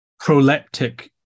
proleptic